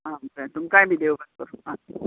आं बरें तुमकांय बी देव बरें करूं आ हय